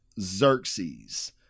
Xerxes